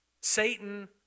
Satan